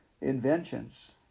inventions